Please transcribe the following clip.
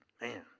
man